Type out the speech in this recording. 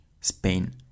Spain